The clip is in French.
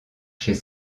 chez